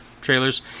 trailers